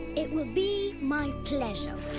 it will be my pleasure.